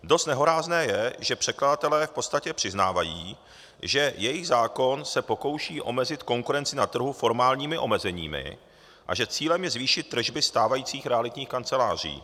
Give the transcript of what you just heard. Dost nehorázné je, že předkladatelé v podstatě přiznávají, že jejich zákon se pokouší omezit konkurenci na trhu formálními omezeními a že cílem je zvýšit tržby stávajících realitních kancelářích.